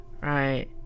Right